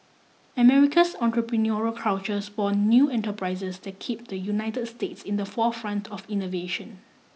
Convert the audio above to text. America's entrepreneurial culture spawn new enterprises that kept the United States in the forefront of innovation